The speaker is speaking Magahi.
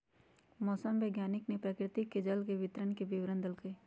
मौसम वैज्ञानिक ने प्रकृति में जल के वितरण के विवरण देल कई